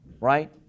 right